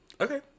Okay